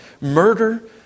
murder